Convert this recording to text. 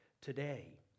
today